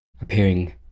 appearing